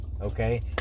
okay